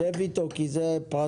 שב עם מנכ"ל משרד השיכון כי אלו פרטים,